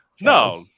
no